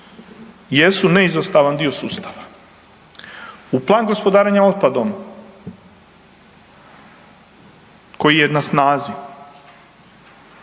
jesu neizostavan dio sustava. U plan gospodarenja otpadom koji je na snazi,